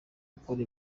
ukora